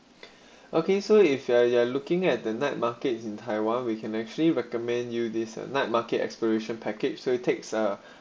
okay so if you're you're looking at the night market in taiwan we can actually recommend you this night market exploration package so it takes uh